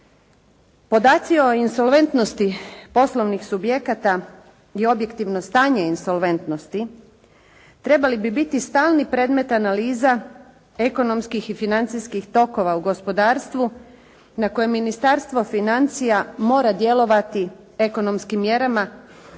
Podaci o insolventnosti poslovnih subjekata i objektivno stanje insolventnosti trebali bi biti stalni predmet analiza ekonomskih i financijskih tokova u gospodarstvu na koje Ministarstvo financija mora djelovati ekonomskim mjerama,